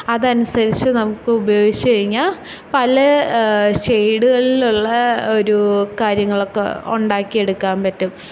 അതനുസരിച്ച് നമുക്ക് ഉപയോഗിച്ച് കഴിഞ്ഞാല് പല ഷെയ്ഡുകളിലുള്ള ഒരൂ കാര്യങ്ങളൊക്ക ഉണ്ടാക്കിയെടുക്കാന് പറ്റും